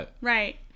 Right